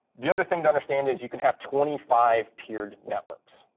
the other thing to understand is you can have twenty five peered networks.